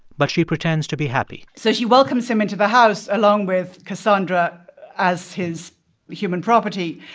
but she pretends to be happy so she welcomes him into the house, along with cassandra as his human property.